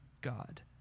God